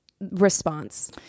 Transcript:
response